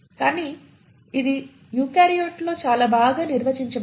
కానీ ఇది యూకారియోట్లలో చాలా బాగా నిర్వచించబడింది